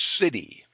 City